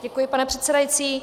Děkuji, pane předsedající.